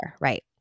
right